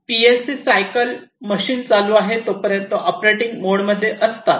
PLC cycle machine चालू आहे तोपर्यंत ऑपरेटिंग मोड मध्ये असतात